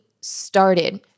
started